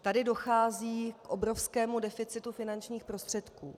Tady dochází k obrovskému deficitu finančních prostředků.